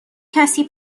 کسی